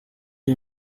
iyi